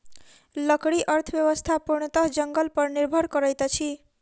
लकड़ी अर्थव्यवस्था पूर्णतः जंगल पर निर्भर करैत अछि